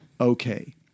okay